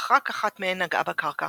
אך רק אחת מהם נגעה בקרקע